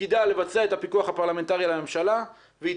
תפקידה לבצע את הפיקוח הפרלמנטרי על הממשלה והיא